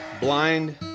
Blind